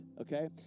okay